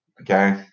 Okay